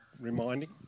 reminding